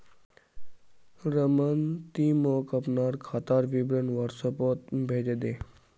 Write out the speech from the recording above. रमन ती मोक अपनार खातार विवरण व्हाट्सएपोत भेजे दे